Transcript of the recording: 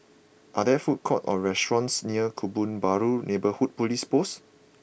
are there food courts or restaurants near Kebun Baru Neighbourhood Police Post